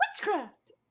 witchcraft